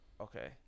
Okay